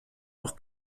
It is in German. auch